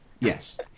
Yes